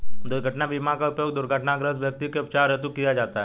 दुर्घटना बीमा का उपयोग दुर्घटनाग्रस्त व्यक्ति के उपचार हेतु किया जाता है